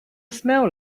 smell